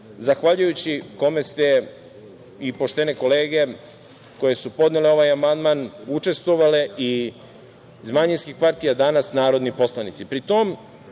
zahvaljujući kome ste, i poštene kolege koje su podnele ovaj amandman, učestvovale i iz manjinskih partija danas narodni poslanici. Pri